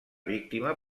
víctima